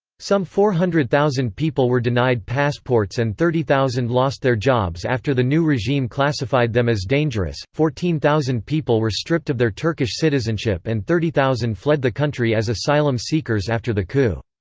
some four hundred thousand people were denied passports and thirty thousand lost their jobs after the new regime classified them as dangerous. fourteen thousand people were stripped of their turkish citizenship and thirty thousand fled the country as asylum seekers after the coup.